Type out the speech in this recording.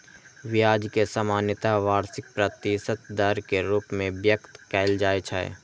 ब्याज कें सामान्यतः वार्षिक प्रतिशत दर के रूप मे व्यक्त कैल जाइ छै